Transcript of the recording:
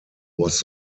was